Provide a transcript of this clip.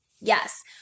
Yes